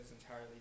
entirely